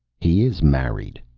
he is married!